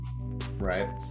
right